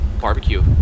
barbecue